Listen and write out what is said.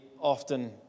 often